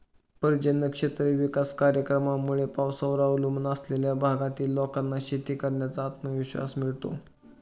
पर्जन्य क्षेत्र विकास कार्यक्रमामुळे पावसावर अवलंबून असलेल्या भागातील लोकांना शेती करण्याचा आत्मविश्वास मिळतो